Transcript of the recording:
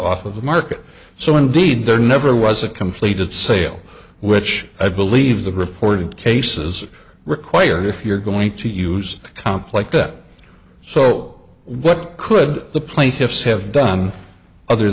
off of the market so indeed there never was a completed sale which i believe the reported cases required if you're going to use comp like that so what could the plaintiffs have done other